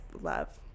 love